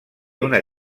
una